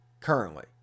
currently